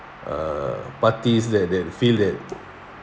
err parties that they feel that